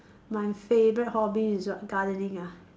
my favorite hobby is what gardening ah